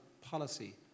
policy